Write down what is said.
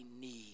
need